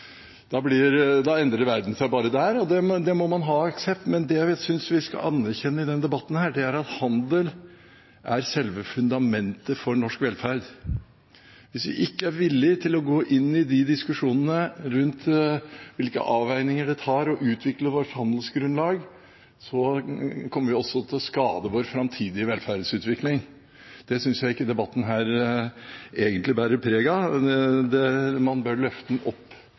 Da endrer verden seg bare der, og det må man akseptere. Det jeg synes vi skal anerkjenne i denne debatten, er at handel er selve fundamentet for norsk velferd. Hvis vi ikke er villige til å gå inn i diskusjonene rundt hvilke avveininger som må tas for å utvikle vårt handelsgrunnlag, kommer vi også til å skade vår framtidige velferdsutvikling. Det synes jeg ikke debatten her egentlig bærer preg av. Man bør løfte den opp